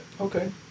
Okay